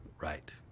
Right